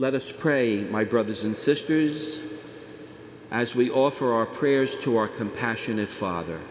let us pray my brothers and sisters as we offer our prayers to our compassion it father